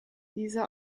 dieser